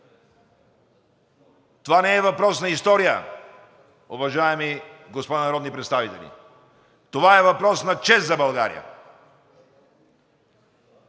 Това не е въпрос на история, уважаеми господа народни представители. Това е въпрос на чест за България.